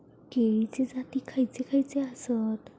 केळीचे जाती खयचे खयचे आसत?